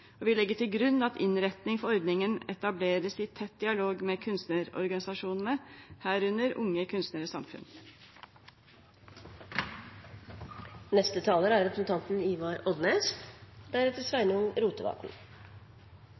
og vi legger til grunn at innretning for ordningen etableres i tett dialog med kunstnerorganisasjonene, herunder Unge Kunstneres Samfund. Sidan Senterpartiet ikkje er